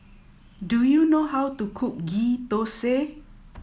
do you know how to cook Ghee Thosai